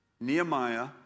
Nehemiah